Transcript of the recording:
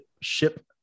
ship